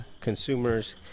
consumers